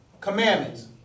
Commandments